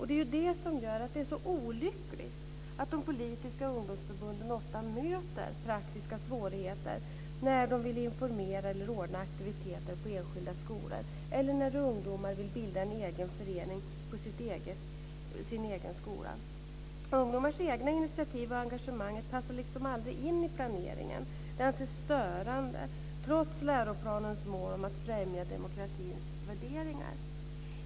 Det är ju det som gör att det är så olyckligt att de politiska ungdomsförbunden ofta möter praktiska svårigheter när de vill informera eller ordna aktiviteter på enskilda skolor eller när ungdomar vill bilda en egen förening på sin egen skola. Ungdomars egna initiativ och engagemang passar liksom aldrig in i planeringen. Det anses störande, trots läroplanens mål att främja demokratins värderingar.